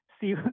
see